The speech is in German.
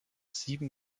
sieben